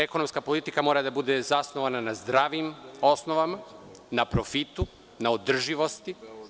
Ekonomska politika mora da bude zasnovana na zdravim osnovama, na profitu, održivosti.